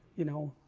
you know